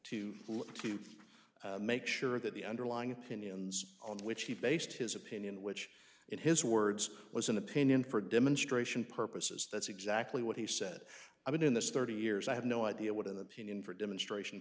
to make sure that the underlying opinions on which he based his opinion which in his words was an opinion for demonstration purposes that's exactly what he said i've been in this thirty years i have no idea what in the union for demonstration